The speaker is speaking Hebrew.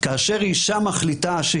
כאשר אישה מחליטה,